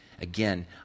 Again